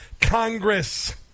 Congress